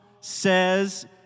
says